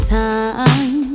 time